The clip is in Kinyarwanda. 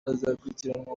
bazakurikiranwa